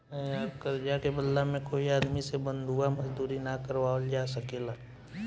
कर्जा के बदला में कोई आदमी से बंधुआ मजदूरी ना करावल जा सकेला